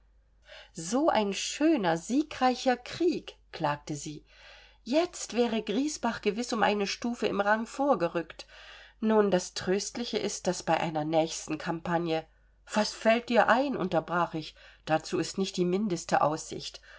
so ein schöner siegreicher krieg klagte sie jetzt wäre griesbach gewiß um eine stufe im rang vorgerückt nun das tröstliche ist daß bei einer nächsten campagne was fällt dir ein unterbrach ich dazu ist nicht die mindeste aussicht